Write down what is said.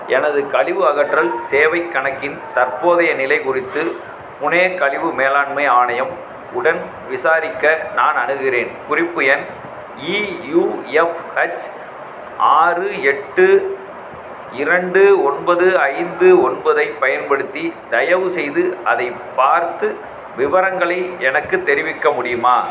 எனது கழிவு அகற்றல் சேவைக் கணக்கின் தற்போதைய நிலை குறித்து புனே கழிவு மேலாண்மை ஆணையம் உடன் விசாரிக்க நான் அணுகுகிறேன் குறிப்பு எண் இயுஎஃப்ஹெச் ஆறு எட்டு இரண்டு ஒன்பது ஐந்து ஒன்பதைப் பயன்படுத்தி தயவுசெய்து அதைப் பார்த்து விவரங்களை எனக்குத் தெரிவிக்க முடியுமா